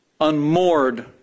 unmoored